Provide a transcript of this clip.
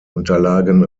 unterlagen